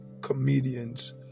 comedians